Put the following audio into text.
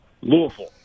Louisville